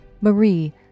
marie